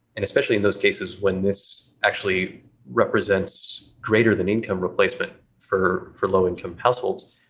and especially in those cases when this actually represents greater than income replacement for for low income households,